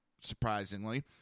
surprisingly